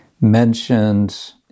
mentioned